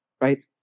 right